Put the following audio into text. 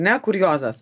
ne kuriozas